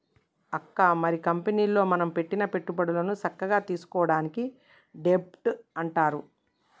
అక్క మరి కంపెనీలో మనం పెట్టిన పెట్టుబడులను సక్కగా తీసుకోవడాన్ని డెబ్ట్ అంటారు